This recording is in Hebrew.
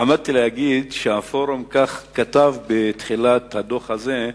עמדתי להגיד שהפורום כתב כך בתחילת הדוח הזה: